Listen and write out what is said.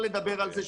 אפשר דבר על זה.